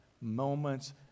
moments